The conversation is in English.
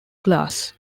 class